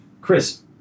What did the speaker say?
Chris